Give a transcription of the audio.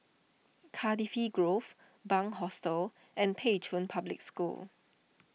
Cardifi Grove Bunc Hostel and Pei Chun Public School